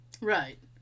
Right